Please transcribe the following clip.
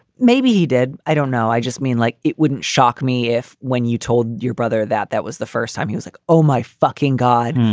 maybe he did. i don't know. i just mean, like it wouldn't shock me if when you told your brother that that was the first time he was like, oh, my fucking god.